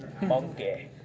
Monkey